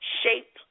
shape